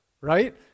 right